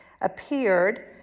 appeared